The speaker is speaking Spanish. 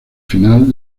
final